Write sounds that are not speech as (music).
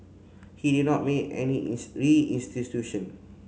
he did not make any (unintelligible) restitution